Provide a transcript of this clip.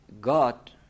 God